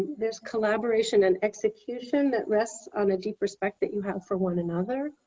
there's collaboration and execution, that rests on a deep respect that you have for one another.